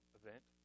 event